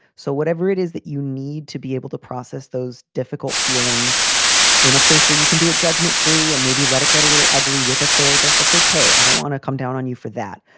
so whatever it is that you need to be able to process those difficult feelings in a place where you can do it. judgment free. and maybe let it get a little ugly with a therapist. that's ok. i don't want to come down on you for that,